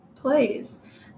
Plays